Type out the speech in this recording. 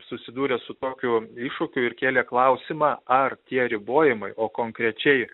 susidūrė su tokiu iššūkiu ir kėlė klausimą ar tie ribojimai o konkrečiai